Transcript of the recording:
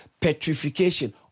petrification